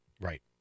Right